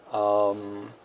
um